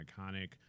iconic